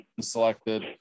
selected